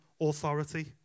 authority